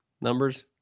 numbers